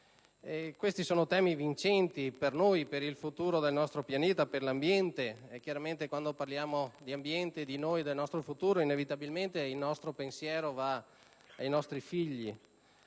Questi sono temi vincenti per noi, per il futuro del nostro pianeta e per l'ambiente. Chiaramente quando parliamo di noi, di ambiente e del nostro futuro inevitabilmente il nostro pensiero va ai nostri figli.